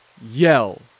yell